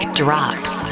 drops